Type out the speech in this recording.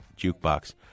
jukebox